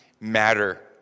matter